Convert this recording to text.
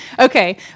Okay